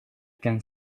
can